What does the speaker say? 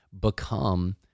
become